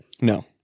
No